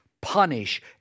punish